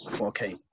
okay